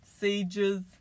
sieges